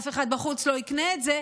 אף אחד בחוץ לא יקנה את זה.